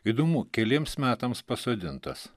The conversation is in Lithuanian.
įdomu keliems metams pasodintas